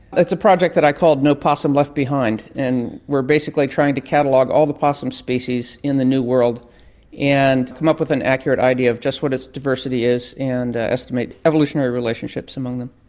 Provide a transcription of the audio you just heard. it's a project that i called no possums left behind, and we're basically trying to catalogue all the possum species in the new world and come up with an accurate idea of just what its diversity is and estimate evolutionary relationships among them.